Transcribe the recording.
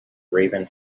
raven